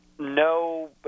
No